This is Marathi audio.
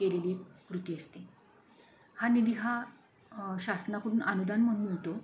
केलेली कृती असते हा निधी हा शासनाकडून अनुदान म्हणून मिळतो